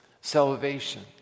salvation